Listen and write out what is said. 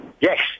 Yes